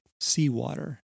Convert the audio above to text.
seawater